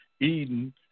Eden